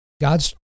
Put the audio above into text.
God's